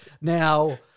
Now